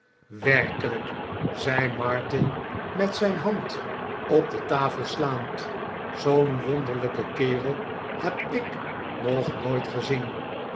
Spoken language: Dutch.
werkelijk zei martin met zijn hand op de tafel slaand zoo'n wonderlijken kerel heb ik nog nooit gezien